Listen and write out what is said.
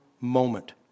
moment